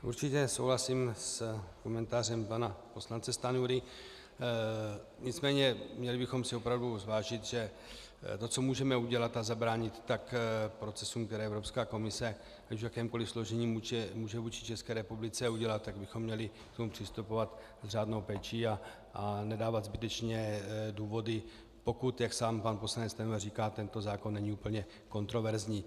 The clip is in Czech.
Určitě souhlasím s komentářem pana poslance Stanjury, nicméně měli bychom opravdu zvážit, že to, co můžeme udělat, a zabránit tak procesům, které Evropská komise v jakémkoli složení může vůči České republice udělat, tak bychom měli k tomu přistupovat s řádnou péčí a nedávat zbytečně důvody, pokud jak sám poslanec Stanjura říká tento zákon není plně kontroverzní.